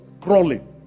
crawling